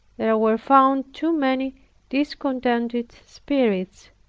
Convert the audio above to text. there were found too many discontented spirits,